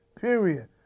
Period